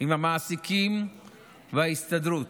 עם המעסיקים ועם ההסתדרות,